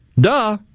duh